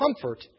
comfort